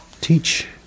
teach